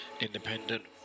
independent